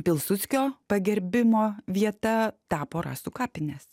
pilsudskio pagerbimo vieta tapo rasų kapinės